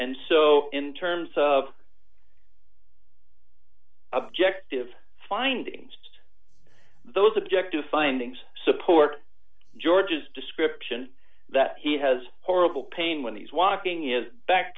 and so in terms of objective findings those objective findings support george's description that he has horrible pain when he's walking is back